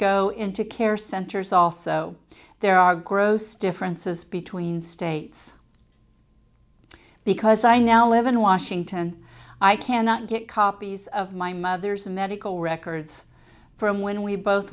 go into care centers also there are gross differences between states because i now live in washington i cannot get copies of my mother's medical records from when we both